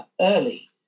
early